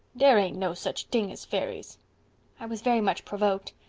dare ain't no such ting as fairies i was very much provoked.